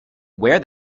where